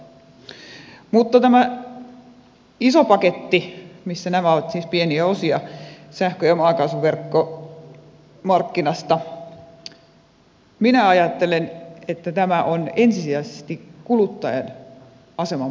mutta tämä iso paketti missä nämä ovat siis pieniä osia sähkö ja maakaasuverkkomarkkinasta minä ajattelen että tämä on ensisijaisesti kuluttajien asemaa parantava laki